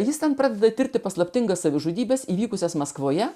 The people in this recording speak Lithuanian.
jis ten pradeda tirti paslaptingas savižudybes įvykusias maskvoje